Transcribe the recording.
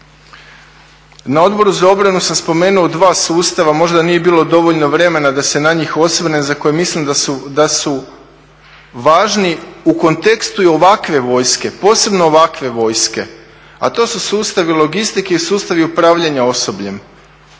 Na Odboru za obranu sam spomenuo dva sustava, možda nije bilo dovoljno vremena da se na njih osvrnem za koje mislim da su važni u kontekstu i ovakve vojske, posebno ovakve vojske a to su sustavi logistike i sustavi upravljanja osobljem.